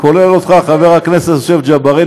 חבר הכנסת יוסף ג'בארין,